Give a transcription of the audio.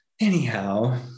anyhow